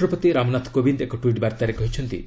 ରାଷ୍ଟ୍ରପତି ରାମନାଥ କୋବିନ୍ଦ ଏକ ଟ୍ୱିଟ୍ବାର୍ତ୍ତାରେ କହିଛନ୍ତି